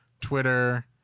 Twitter